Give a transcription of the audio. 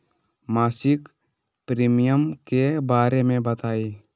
मासिक प्रीमियम के बारे मे बताई?